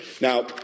Now